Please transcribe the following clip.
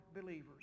believers